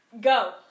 Go